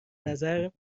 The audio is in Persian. نظر